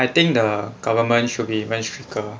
I think the government should be even stricter